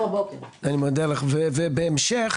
מר נאור ירושלמי,